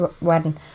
wedding